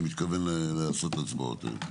אני מתכוון לעשות הצבעות היום.